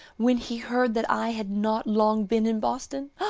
when he heard that i had not long been in boston,